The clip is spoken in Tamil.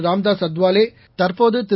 ராம்தாஸ் அதவாலே தற்போது திரு